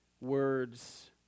words